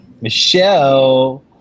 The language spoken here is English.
Michelle